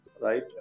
right